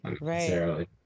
Right